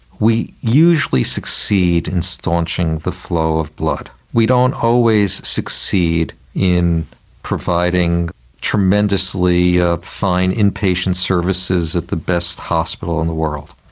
we usually succeed in staunching the flow of blood. we don't always succeed in providing tremendously ah fine in-patient services at the best hospital in the world.